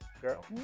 girl